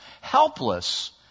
Helpless